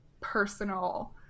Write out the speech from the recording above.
personal